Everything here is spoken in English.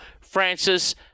Francis